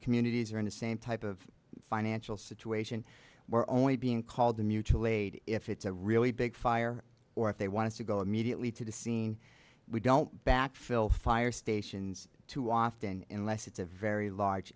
communities are in the same type of financial situation where only being called the mutual aid if it's a really big fire or if they want to go immediately to the scene we don't back fill fire stations too often unless it's a very large